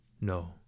No